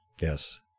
Yes